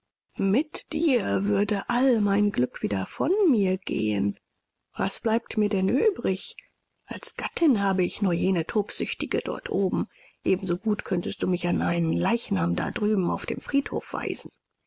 mit dir würde all mein glück wieder von mir gehen was bleibt mir denn übrig als gattin habe ich nur jene tobsüchtige dort oben ebensogut könntest du mich an einen leichnam da drüben auf dem friedhof